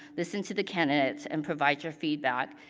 listen to the candidates, and provide your feedback.